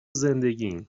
زندگیم